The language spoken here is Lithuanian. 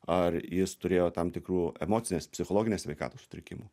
ar jis turėjo tam tikrų emocinės psichologinės sveikatos sutrikimų